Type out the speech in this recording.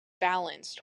balanced